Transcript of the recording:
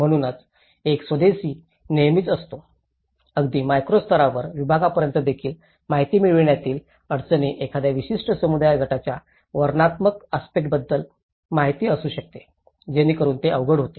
म्हणूनच एक स्वदेशी नेहमीच असतो अगदी मॅक्रो स्तराच्या विभागापर्यंत देखील माहिती मिळविण्यातील अडचणी एखाद्या विशिष्ट समुदाय गटाच्या वर्तनात्मक आस्पेक्टबद्दलची माहिती असू शकते जेणेकरून ते अवघड होते